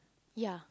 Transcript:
ya